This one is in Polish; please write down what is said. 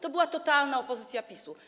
To była totalna opozycja, PiS.